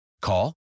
Call